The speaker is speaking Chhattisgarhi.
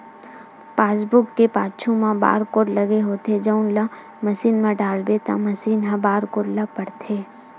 पासबूक के पाछू म बारकोड लगे होथे जउन ल मसीन म डालबे त मसीन ह बारकोड ल पड़थे